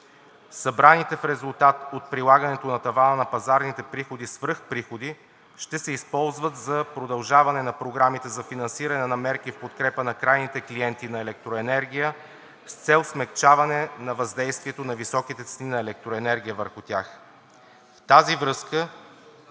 събраните в резултат от прилагането на тавана на пазарните приходи свръхприходи, ще се използват за продължаване на програмите за финансиране на мерки в подкрепа на крайните клиенти на електроенергия с цел смегчаване на въздействието на високите цени на електроенергията върху тях. В тази връзка,